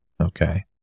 okay